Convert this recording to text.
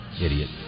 Idiot